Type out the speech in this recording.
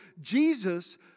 Jesus